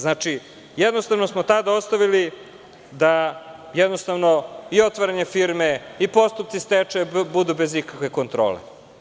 Znači, jednostavno smo tada ostavili da jednostavno i otvaranje firme i postupci stečaja budu bez ikakve kontrole.